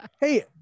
Hey